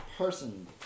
person